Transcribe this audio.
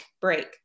break